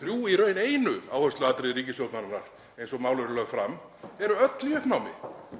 þrjú í raun einu áhersluatriði ríkisstjórnarinnar eins og mál eru lögð fram, eru öll í uppnámi,